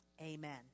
amen